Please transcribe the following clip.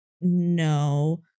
no